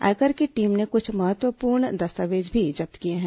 आयकर की टीम ने कछ महत्वपूर्ण दस्तावेज भी जब्त किए हैं